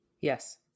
Yes